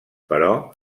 però